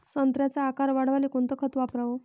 संत्र्याचा आकार वाढवाले कोणतं खत वापराव?